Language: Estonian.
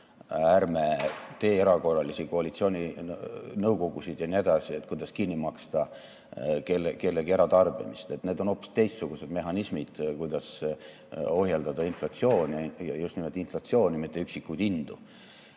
ärme tee erakorralisi koalitsiooninõukogusid ja nii edasi, et kuidas kinni maksta kellegi eratarbimist. Need on hoopis teistsugused mehhanismid, kuidas ohjeldada inflatsiooni – just nimelt inflatsiooni, mitte üksikuid hindu.